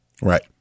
Right